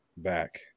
back